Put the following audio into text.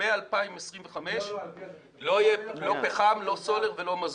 מ-2025 לא יהיה לא פחם, לא סולר ולא מזוט.